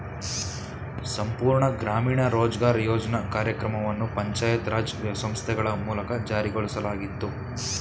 ಸಂಪೂರ್ಣ ಗ್ರಾಮೀಣ ರೋಜ್ಗಾರ್ ಯೋಜ್ನ ಕಾರ್ಯಕ್ರಮವನ್ನು ಪಂಚಾಯತ್ ರಾಜ್ ಸಂಸ್ಥೆಗಳ ಮೂಲಕ ಜಾರಿಗೊಳಿಸಲಾಗಿತ್ತು